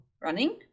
running